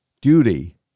duty